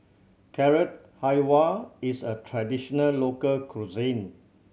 Carrot Halwa is a traditional local cuisine